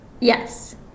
Yes